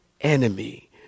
enemy